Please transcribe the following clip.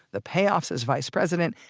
the payoffs as vice president,